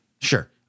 Sure